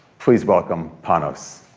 please welcome panos.